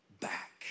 back